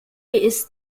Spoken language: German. isst